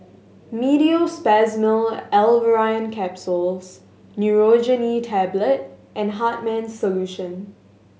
Meteospasmyl Alverine Capsules Nurogen E Tablet and Hartman's Solution